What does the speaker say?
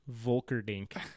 Volkerdink